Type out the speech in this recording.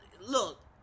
look